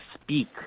speak